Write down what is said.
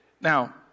Now